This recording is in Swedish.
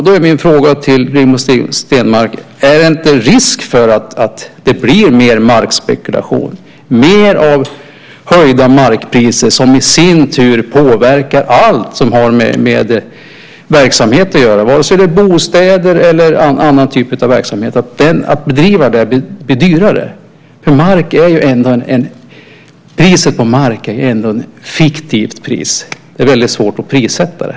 Då är min fråga till Rigmor Stenmark: Är det inte risk för att det blir mer markspekulation, mer av höjda markpriser som i sin tur påverkar allt som har med verksamhet att göra, vare sig det är bostäder eller annan typ av verksamhet, att den blir dyrare att bedriva? Priset på mark är ändå ett fiktivt pris. Det är väldigt svårt att prissätta det.